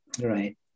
right